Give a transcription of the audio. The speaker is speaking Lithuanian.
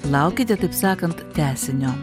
laukite taip sakant tęsinio